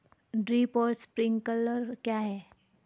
Drip और sprinkler क्या हैं?